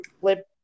flip